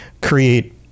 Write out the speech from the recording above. create